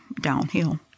downhill